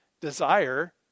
desire